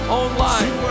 online